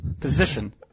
position